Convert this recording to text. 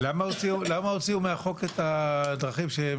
למה הוציאו מהחוק את השטחים שאינם